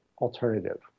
alternative